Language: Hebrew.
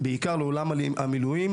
בעיקר לעולם המילואים,